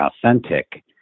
authentic